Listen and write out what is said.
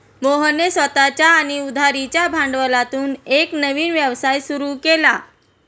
मोहनने स्वतःच्या आणि उधारीच्या भांडवलातून एक नवीन व्यवसाय सुरू केला